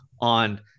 on